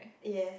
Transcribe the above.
yes